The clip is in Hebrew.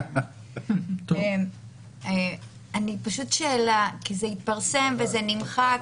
אני פשוט שאלה, כי זה התפרסם וזה נמחק.